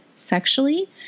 Sexually